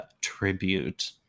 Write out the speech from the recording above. tribute